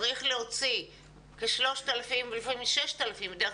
צריך להוציא כ-3,000 שקלים לחודש לפעמים 6,000 שקלים כי בדרך